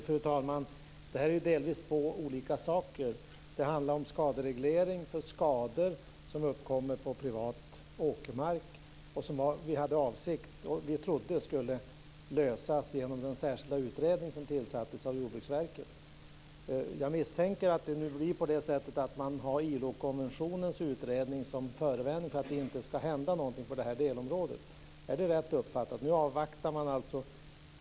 Fru talman! Det här är två olika saker. Det handlar delvis om skadereglering för skador som uppkommer på privat åkermark. Detta trodde vi och hade för avsikt skulle lösas genom den särskilda utredning som tillsattes av Jordbruksverket. Jag misstänker att det nu blir så att man har ILO-konventionens utredning som förevändning för att det inte ska hända någonting på det här delområdet. Är det rätt uppfattat? Nu avvaktar man alltså.